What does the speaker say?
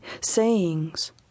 sayings